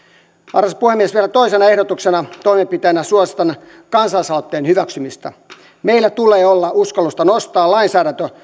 arvoisa puhemies vielä toisena ehdotuksena toimenpiteenä suositan kansalaisaloitteen hyväksymistä meillä tulee olla uskallusta nostaa lainsäädäntö